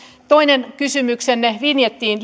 toinen kysymyksenne liittyi vinjettiin